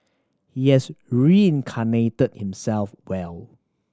he is reincarnated himself well